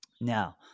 Now